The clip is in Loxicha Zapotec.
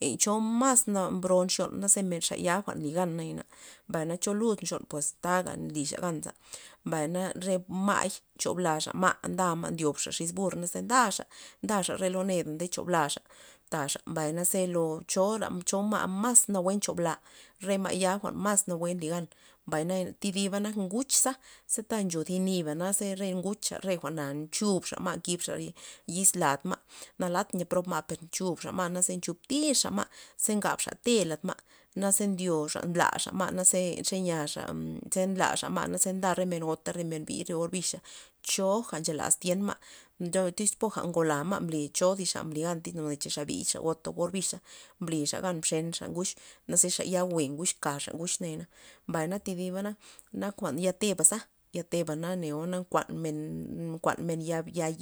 Len cho mas na bro nxon ze men xaya jwa'nata nly gana' mbay na cho lud xon pues taga nlixa ganza mbay na re ma'y nchoplaxa ma' nda ma' ndyobxa xis burza ndaxa ndaxa lo re neda nde chu blaxa taxa mbayna ze lo cho ora cho ma' mas nawue nchobla re ma'ya jwa'n mas nawue nly gan mbay naya thi diba nak nguch za ze ta ncho thi niba na ze re ngucha re jwa'na nchubxa ma' nkibxa yiz las ma' nalat nya prob ma' per nchubxa ma' naze nchub tirxa ma' ze ngabxa te' lad ma', naze ndyoxa nlaxa ma'ze len cho niaxa ze nlaxa ma' ze nda re men gota re men bii' re or bixa choga nchelax thienma' mdo tyz poja ngola ma' mbli cho zi xa mbli gan goney cha xa bii cha xa gota or bixa mblixa gan mxenxa nguch naze xa ya jwe' nguch kaxa nguch nayana, mbay na thi dibana nak jwa'n yate' baza yate' na neo na nkuan men kuan men ya